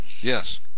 yes